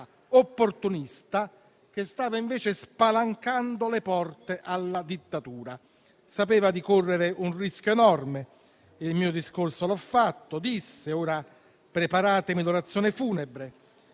opportunista che stava invece spalancando le porte alla dittatura. Sapeva di correre un rischio enorme, perché disse: ««Il mio discorso l'ho fatto, ora voi preparatemi l'orazione funebre».